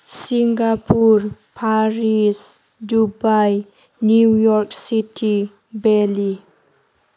Singapore Paris Dubai New York City बालि